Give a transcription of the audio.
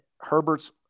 Herbert's